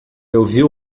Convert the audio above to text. ouviu